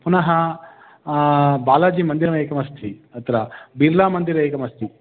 पुनः बालाजी मन्दिरमेकमस्ति अत्र बिर्लामन्दिरम् एकमस्ति